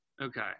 Okay